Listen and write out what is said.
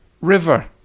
river